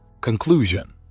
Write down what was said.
Conclusion